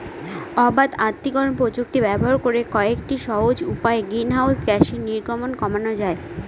অবাত আত্তীকরন প্রযুক্তি ব্যবহার করে কয়েকটি সহজ উপায়ে গ্রিনহাউস গ্যাসের নির্গমন কমানো যায়